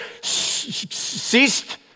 ceased